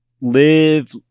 live